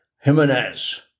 Jimenez